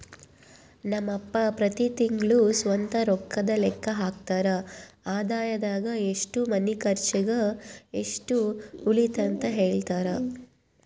ನಮ್ ಅಪ್ಪ ಪ್ರತಿ ತಿಂಗ್ಳು ಸ್ವಂತ ರೊಕ್ಕುದ್ ಲೆಕ್ಕ ಹಾಕ್ತರ, ಆದಾಯದಾಗ ಎಷ್ಟು ಮನೆ ಕರ್ಚಿಗ್, ಎಷ್ಟು ಉಳಿತತೆಂತ ಹೆಳ್ತರ